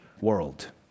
world